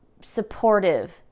supportive